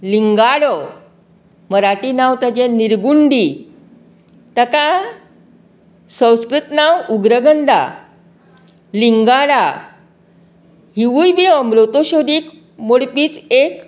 लिंगाडो मराठी नांव ताचें निरगुंडी ताका संस्कृत नांव उग्रगंदा लिंगाडा हिवूय बी उम्रुतोशोदीक मुडपी एक